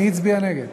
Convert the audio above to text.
מי הצביע נגד?